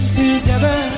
together